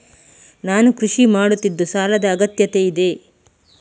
ನಾನು ಕೃಷಿ ಮಾಡುತ್ತಿದ್ದು ಸಾಲದ ಅಗತ್ಯತೆ ಇದೆ?